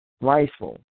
rifle